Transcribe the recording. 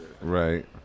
Right